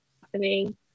happening